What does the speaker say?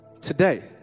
today